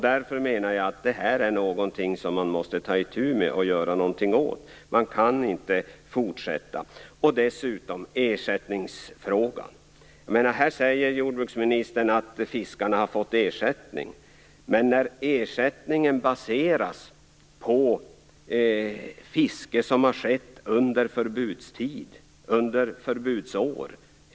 Därför menar jag att det här är någonting som man måste ta itu med och göra någonting åt. Man kan inte fortsätta så här. Dessutom handlar det om ersättningsfrågan. Jordbruksministern säger att fiskarna har fått ersättning. Men hur skall man kunna få en skälig ersättning när den baseras på fiske som har skett under förbudstid, förbudsår?